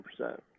100